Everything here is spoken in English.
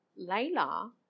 Layla